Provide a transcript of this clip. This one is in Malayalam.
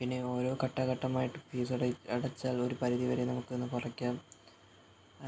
പിന്നെ ഓരോ ഘട്ടഘട്ടമായിട്ട് ഫീസ് അട അടച്ചാല് ഒരു പരിധി വരെ നമുക്കത് കുറയ്ക്കാം